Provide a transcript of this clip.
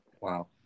Wow